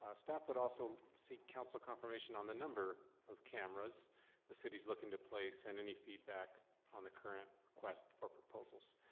ah staff would also seek council confirmation on the number of cameras the city is looking to place and if any feedback on the current request for proposals.